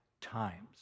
times